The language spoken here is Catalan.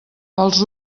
pels